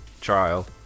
trial